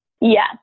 Yes